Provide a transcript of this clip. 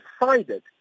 decided